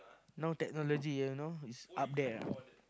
now technology ah you know it's up there ah